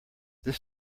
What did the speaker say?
this